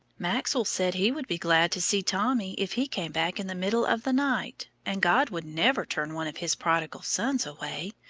maxwell said he would be glad to see tommy if he came back in the middle of the night, and god would never turn one of his prodigal sons away.